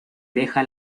deja